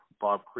Bob